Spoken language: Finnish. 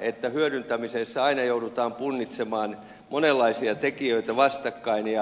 että hyödyntämisessä aina joudutaan punnitsemaan monenlaisia tekijöitä vastakkain